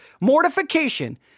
mortification